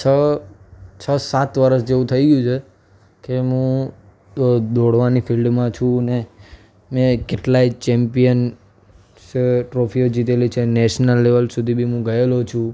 છ છ સાત વરસ જેવું થઈ ગયું છે કે મું દોડવાની ફિલ્ડમાં છું ને મેં કેટલાય ચેમ્પિયન્સ ટ્રોફીઓ જીતેલી છે નેસનલ લેવલ સુધી બી મું ગયેલો છું